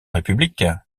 république